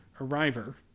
arriver